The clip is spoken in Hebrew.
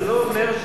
זה לא אומר,